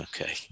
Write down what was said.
Okay